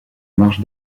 marche